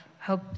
hope